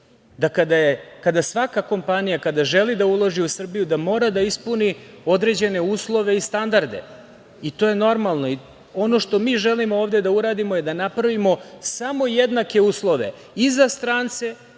da kada svaka kompanija kada želi da uloži u Srbiju da mora da ispuni određene uslove i standarde. I to je normalno. Ono što mi želimo ovde da uradimo, je da napravimo samo jednake uslove i za strance